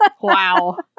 Wow